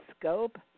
scope